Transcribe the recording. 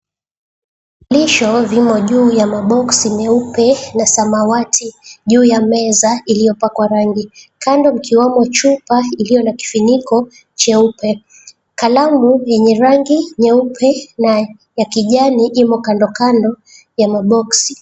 Lisho zimo juu ya maboxy nyeupe na samawati juu ya meza iliyopakwa rangi, kando ikiwamo chupa iliyo na kifuniko cheupe kalamu yenye rangi nyeupe na ya kijani imo kandokando ya maboksi.